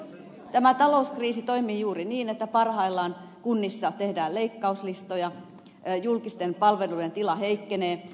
tämä talouskriisi toimii juuri niin että parhaillaan kunnissa tehdään leikkauslistoja julkisten palveluiden tila heikkenee